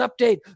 Update